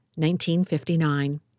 1959